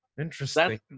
Interesting